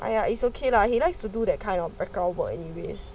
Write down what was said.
!aiya! it's okay lah he likes to do that kind of backup work anyways